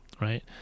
right